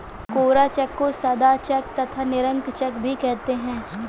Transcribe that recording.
कोरा cheque को सादा cheque तथा निरंक चेक भी कहते हैं